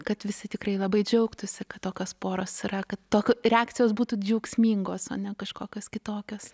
kad visi tikrai labai džiaugtųsi kad tokios poros yra kad tokios reakcijos būtų džiaugsmingos o ne kažkokios kitokios